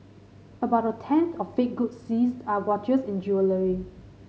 about a tenth of fake goods seized are watches and jewellery